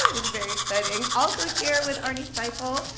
is very exciting. also here with arnie seipel,